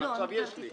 עכשיו יש לי.